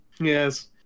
Yes